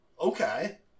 Okay